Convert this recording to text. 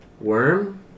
worm